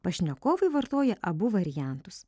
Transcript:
pašnekovai vartoja abu variantus